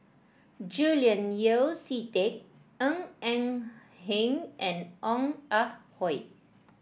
Julian Yeo See Teck Ng Eng Hen and Ong Ah Hoi